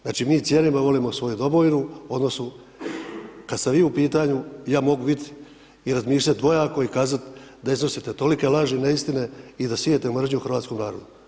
Znači mi cijenimo i volimo svoju domovinu, odnosno kad ste vi u pitanju, ja mogu bit i razmišljati dvojako i kazati da iznosite tolike laži i neistine i da sijete mržnju u hrvatskom narodu.